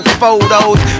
photos